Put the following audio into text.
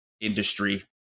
industry